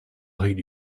hate